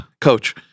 Coach